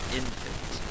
infant